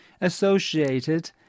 associated